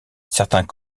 certains